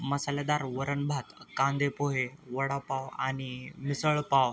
मसालेदार वरणभात कांदेपोहे वडापाव आणि मिसळपाव